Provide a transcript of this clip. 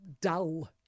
dull